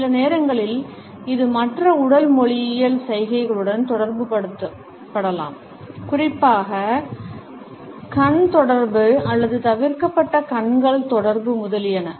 சில நேரங்களில் இது மற்ற உடல் மொழியியல் சைகைகளுடன் தொடர்புபடுத்தப்படலாம் குறிப்பாக கண் தொடர்பு அல்லது தவிர்க்கப்பட்ட கண்கள் தொடர்பு முதலியன